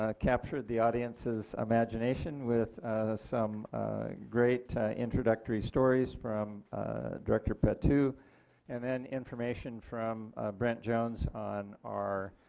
ah captured the audiences imagination with some great introductory stories from director patu and then information from brent jones on our,